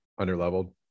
Underleveled